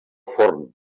forn